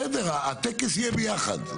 בסדר, הטקס יהיה ביחד.